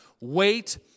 Wait